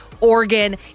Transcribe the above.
Oregon